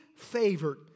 favored